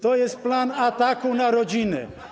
To jest plan ataku na rodziny.